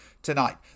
Tonight